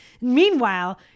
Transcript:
Meanwhile